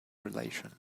relation